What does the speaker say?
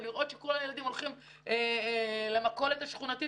ולראות שכל הילדים הולכים למכולת השכונתית